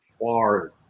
far